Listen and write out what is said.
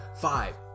Five